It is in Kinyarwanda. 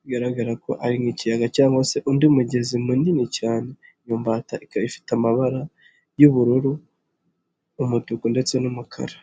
Bigaragara ko ari mu kiyaga cyangwa se undi mugezi munini cyane. Iyo mbataba ifite amabara y'ubururu, umutuku ndetse n'umukara.